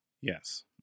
Yes